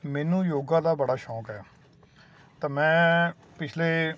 ਮੈਨੂੰ ਯੋਗਾ ਦਾ ਬੜਾ ਸ਼ੌਂਕ ਹੈ ਤਾਂ ਮੈਂ ਪਿਛਲੇ